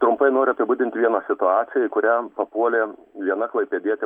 trumpai noriu apibūdinti vieną situaciją į kurią papuolė viena klaipėdietė